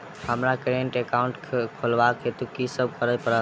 हमरा current account खोलेवाक हेतु की सब करऽ पड़त?